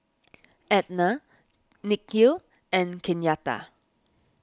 Etna Nikhil and Kenyatta